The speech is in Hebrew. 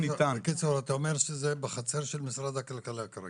בקיצור אתה אומר שזה בחצר של משרד הכלכלה כרגע?